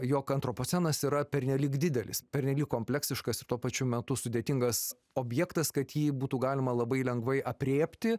jog antropocenas yra pernelyg didelis pernelyg kompleksiškas ir tuo pačiu metu sudėtingas objektas kad jį būtų galima labai lengvai aprėpti